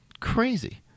Crazy